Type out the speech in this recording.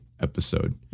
episode